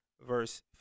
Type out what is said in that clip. verse